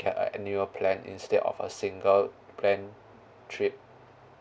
get a annual plan instead of a single plan trip